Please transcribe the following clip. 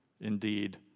indeed